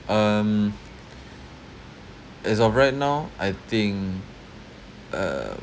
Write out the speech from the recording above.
um as of right now I think uh